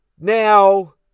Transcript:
Now